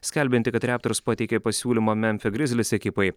skelbiantį kad reptors pateikė pasiūlymą memfio grizlis ekipai